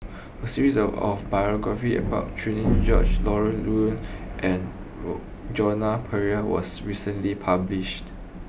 a series of biographies about Cherian George Laurence Nunns and Jona Pereira was recently published